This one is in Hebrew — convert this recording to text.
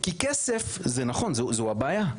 כי כסף זה נכון זו בעיה,